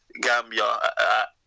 Gambia